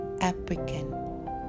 African